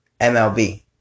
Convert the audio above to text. MLB